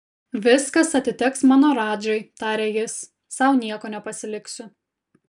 viskas atiteks mano radžai tarė jis sau nieko nepasiliksiu